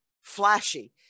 flashy